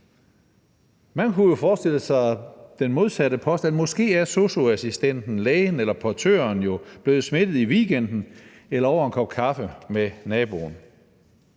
Man kunne jo forestille sig den modsatte påstand. Måske er sosu-assistenten, lægen eller portøren jo blevet smittet i weekenden eller over en kop kaffe med naboen,